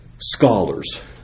scholars